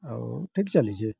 ଆଉ ଠିକ୍ ଚାଲିଛି